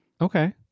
Okay